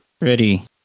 Ready